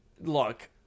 look